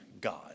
God